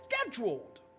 scheduled